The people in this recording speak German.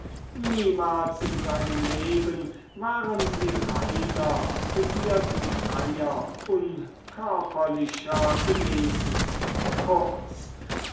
niemals in seinem leben waren sie reiner begierden freier unkörperlicher gewesen kurz